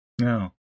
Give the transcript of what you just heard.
No